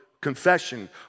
confession